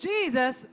Jesus